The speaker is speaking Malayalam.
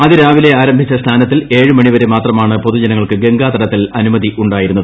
അതിരാവിലെ ആരംഭിച്ച സ്നാനത്തിൽ ഏഴ് മണിവരെ മാത്രമാണ് പൊതുജനങ്ങൾക്ക് ഗംഗാ തടത്തിൽ അനുമതി ഉണ്ടായിരുന്നത്